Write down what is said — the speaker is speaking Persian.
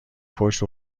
پشت